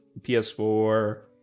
PS4